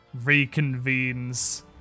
reconvenes